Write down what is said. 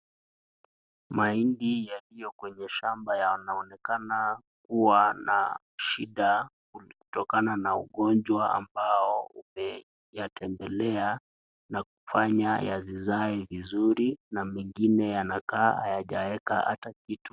Mahindi yaliyo kwenye shamba yanaonekana kuwa na shida kutokana na ugonjwa ambao umeyatembelea na kufanya yasizae vizuri na mengine yanakaa hayajaeka hata kitu.